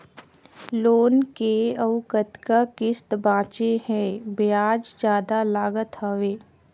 Loan के अउ कतका किस्त बांचें हे? ब्याज जादा लागत हवय,